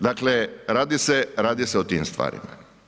Dakle, radi se o tim stvarima.